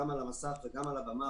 גם על המסך וגם על הבמה,